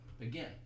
again